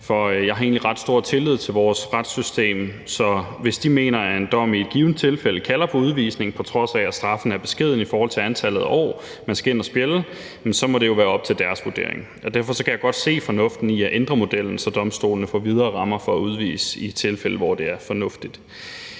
egentlig ret stor tillid til vores retssystem, så hvis de mener, at en dom i et givent tilfælde kalder på udvisning, på trods af at straffen er beskeden i forhold til antallet af år, man skal ind og spjælde, så må det jo være op til deres vurdering. Derfor kan jeg godt se fornuften i at ændre modellen, så domstolene får videre rammer for at udvise i tilfælde, hvor det er fornuftigt.